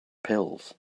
pills